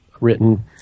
written